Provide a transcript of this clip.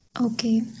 Okay